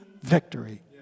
victory